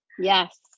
Yes